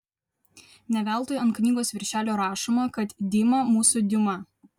ne veltui ant knygos virželio rašoma kad dima mūsų diuma